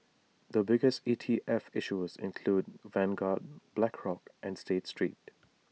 the biggest E T F issuers include Vanguard Blackrock and state street